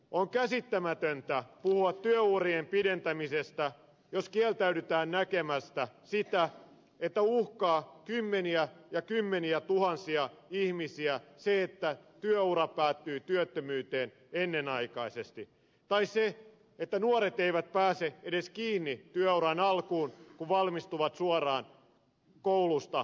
on käsittämätöntä puhua työurien pidentämisestä jos kieltäydytään näkemästä sitä että uhkaa kymmeniä ja kymmeniä tuhansia ihmisiä se että työura päätyy työttömyyteen ennenaikaisesti tai se että nuoret eivät pääse edes kiinni työuran alkuun kun valmistuvat suoraan koulusta kortistoon